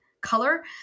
color